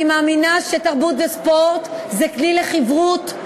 אני מאמינה שתרבות וספורט זה כלי לחִברות,